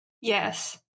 Yes